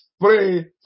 pray